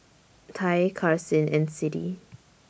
Ty Karsyn and Siddie